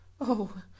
Oh